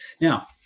now